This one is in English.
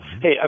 Hey